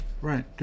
right